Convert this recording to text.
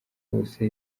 wose